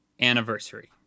anniversary